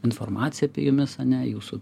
informacija apie jumis ane jūsų